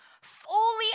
fully